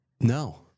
No